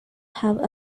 have